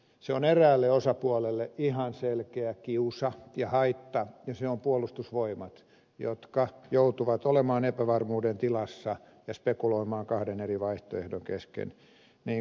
se on eräälle osapuolelle ihan selkeä kiusa ja haitta ja se on puolustusvoimat joka joutuu olemaan epävarmuuden tilassa ja spekuloimaan kahden eri vaihtoehdon kesken